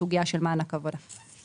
בסוגייה של מענק עבודה.